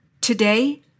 Today